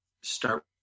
start